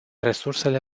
resursele